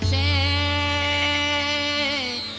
a